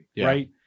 right